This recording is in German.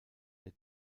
der